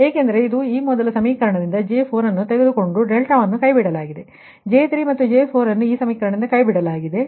ಏಕೆಂದರೆ ಇದು ಈ ಮೊದಲ ಸಮೀಕರಣದಿಂದ J4 ಅನ್ನು ತೆಗೆದುಕೊಂಡು ಡೆಲ್ಟಾವನ್ನು ಕೈಬಿಡಲಾಗಿದೆ J3 ಮತ್ತು J4ಅನ್ನು ಈ ಸಮೀಕರಣದಿಂದ ಕೈಬಿಡಲಾಗುತ್ತದೆ